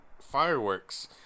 fireworks